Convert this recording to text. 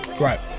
Right